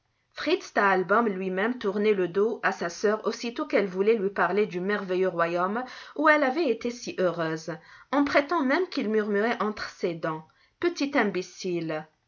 fritz stahlbaûm lui-même tournait le dos à sa sœur aussitôt qu'elle voulait lui parler du merveilleux royaume où elle avait été si heureuse on prétend même qu'il murmurait entre ses dents petite imbécile